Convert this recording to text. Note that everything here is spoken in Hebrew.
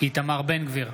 איתמר בן גביר,